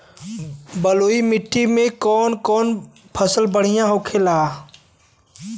बलुई मिट्टी में कौन कौन फसल बढ़ियां होखेला?